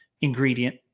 ingredient